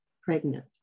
pregnant